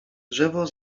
drzewo